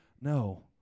No